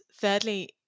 thirdly